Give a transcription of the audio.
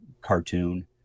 cartoon